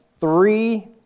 three